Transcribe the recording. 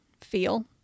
feel